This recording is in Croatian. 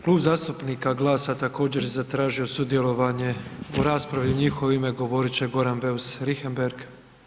Klub zastupnika GLAS-a također je zatražio sudjelovanje u raspravi, u njihovo ime govorit će Goran Beus Richembergh.